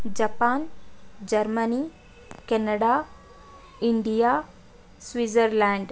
Japan Germany Canada India Switzerland